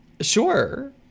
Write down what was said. Sure